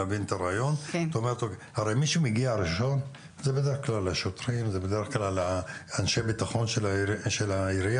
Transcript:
הרי מי שמגיע ראשון בדרך כלל זה אנשי הביטחון של העירייה,